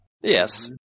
Yes